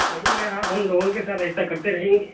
نہیں اگر آپ ہم لوگوں کے ساتھ ایسا کرتے رہیں گے